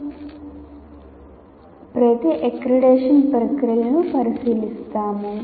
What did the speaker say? నాల్గవ మాడ్యూల్లో అక్రిడిటేషన్ ప్రక్రియలను పరిశీలిస్తాము